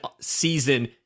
season